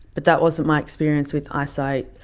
but that wasn't my experience with ice. i